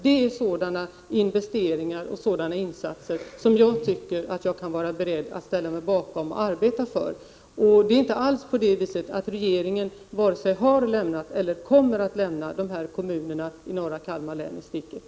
Det är sådana investeringar och sådana insatser som jag är beredd att ställa mig bakom och arbeta för. Regeringen har inte alls lämnat och kommer inte att lämna kommunerna i norra Kalmar län i sticket.